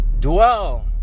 dwell